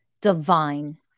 divine